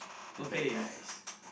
the bad guys